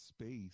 space